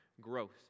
growth